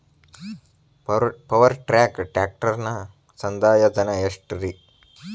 Power track ಟ್ರ್ಯಾಕ್ಟರನ ಸಂದಾಯ ಧನ ಎಷ್ಟ್ ರಿ?